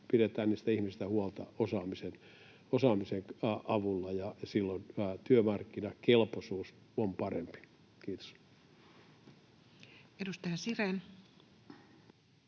niistä ihmisistä huolta osaamisen avulla, ja silloin työmarkkinakelpoisuus on parempi. — Kiitos. [Speech